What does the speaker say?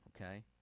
okay